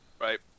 Right